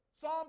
Psalm